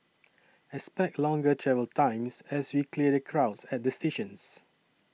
expect longer travel times as we clear the crowds at the stations